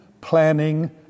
planning